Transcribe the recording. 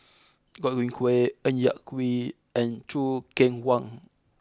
Godwin Koay Ng Yak Whee and Choo Keng Kwang